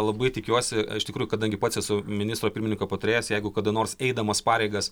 labai tikiuosi iš tikrųjų kadangi pats esu ministro pirmininko patarėjas jeigu kada nors eidamas pareigas